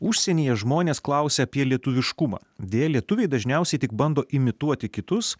užsienyje žmonės klausia apie lietuviškumą deja lietuviai dažniausiai tik bando imituoti kitus